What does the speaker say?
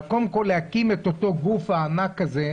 אבל קודם כול להקים את הגוף הענק הזה,